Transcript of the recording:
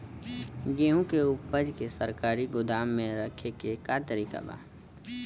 गेहूँ के ऊपज के सरकारी गोदाम मे रखे के का तरीका बा?